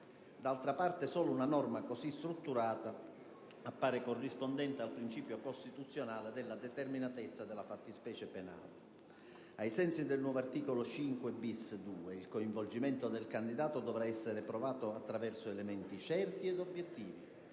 D'altra parte, solo una norma così strutturata appare corrispondente al principio costituzionale della determinatezza della fattispecie penale. Ai sensi del nuovo articolo 5-*bis*.2, il coinvolgimento del candidato dovrà essere provato attraverso elementi certi ed obiettivi,